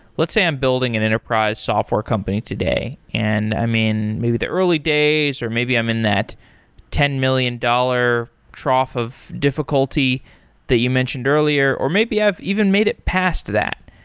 let's say i'm building an enterprise software company today, and i mean maybe the early days or maybe i'm in that ten million dollars trough of difficulty that you mentioned earlier, or maybe i've even made it past that.